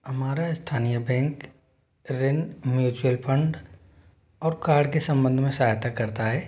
हमारा स्थानीय बैंक ऋण म्युचुअल फंड और कार्ड के संबंध में सहायता करता है